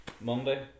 Monday